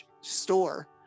store